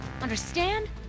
understand